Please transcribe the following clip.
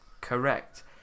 Correct